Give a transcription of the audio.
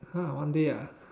!huh! one day ah